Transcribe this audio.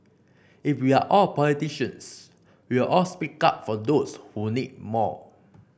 if we are all politicians we will all speak up for those who need more